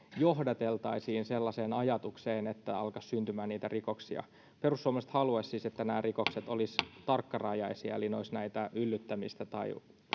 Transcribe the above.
johdateltaisiin sellaiseen ajatukseen että alkaisi syntymään niitä rikoksia perussuomalaiset haluaisivat siis että nämä rikokset olisivat tarkkarajaisia eli ne olisivat yllyttämistä tai